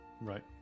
Right